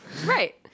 Right